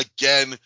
again